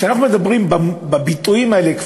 כשאנחנו כבר מדברים בביטויים האלה,